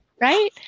right